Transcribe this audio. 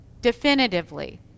definitively